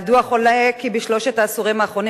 מהדוח עולה כי בשלושת העשורים האחרונים